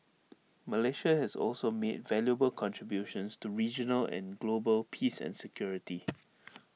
Malaysia has also made valuable contributions to regional and global peace and security